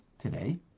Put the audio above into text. today